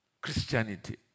Christianity